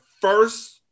first